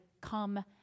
come